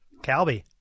Calby